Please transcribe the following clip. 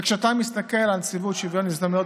וכשאתה מסתכל על נציבות שוויון הזדמנויות,